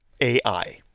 AI